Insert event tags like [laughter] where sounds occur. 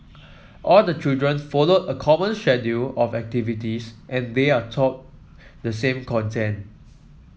all the children follow a common [unintelligible] of activities and they are taught the same content